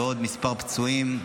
ועוד כמה פצועים,